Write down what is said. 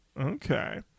Okay